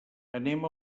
anem